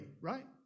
right